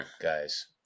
guys